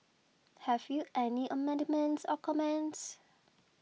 have you any amendments or comments